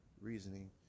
reasoning